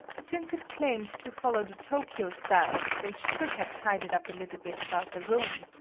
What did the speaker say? since it claimed to follow the tokyo style, they should have tidied up a little bit about the room.